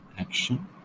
Action